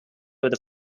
over